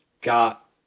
got